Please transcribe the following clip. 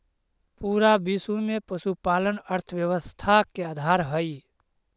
पूरा विश्व में पशुपालन अर्थव्यवस्था के आधार हई